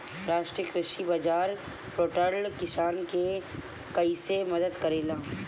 राष्ट्रीय कृषि बाजार पोर्टल किसान के कइसे मदद करेला?